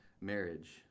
marriage